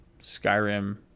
Skyrim